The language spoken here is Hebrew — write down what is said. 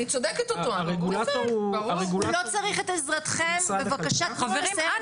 הרגולטור הוא משרד הכלכלה.